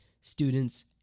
students